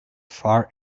far